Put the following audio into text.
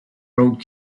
road